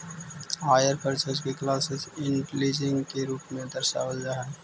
hire purchase के close end leasing के रूप में दर्शावल जा हई